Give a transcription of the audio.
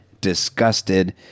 disgusted